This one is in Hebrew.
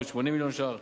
כ-480 מיליון ש"ח,